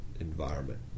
environment